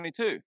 2022